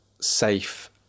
safe